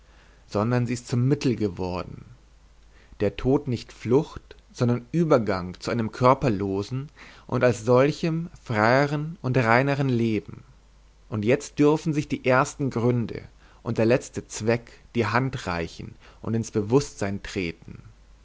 sondern sie ist zum mittel geworden der tod nicht flucht sondern übergang zu einem körperlosen und als solchem freieren und reineren leben und jetzt dürfen sich die ersten gründe und der letzte zweck die hand reichen und ins bewußtsein treten